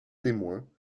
témoins